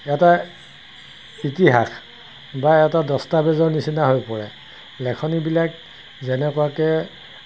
এটা ইতিহাস বা এটা দস্তাবেজৰ নিচিনা হৈ পৰে লেখনিবিলাক যেনেকুৱাকৈ